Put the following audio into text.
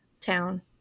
town